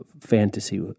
fantasy